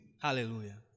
hallelujah